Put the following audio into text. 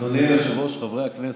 אדוני היושב-ראש, חברי הכנסת,